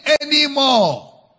anymore